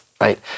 right